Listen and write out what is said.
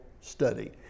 study